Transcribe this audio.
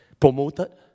promoted